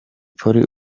polly